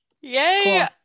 Yay